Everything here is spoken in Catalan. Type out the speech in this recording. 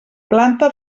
planta